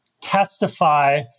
testify